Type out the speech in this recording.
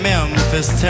Memphis